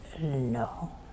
No